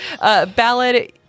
Ballad